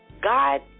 God